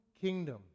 kingdom